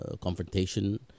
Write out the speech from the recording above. confrontation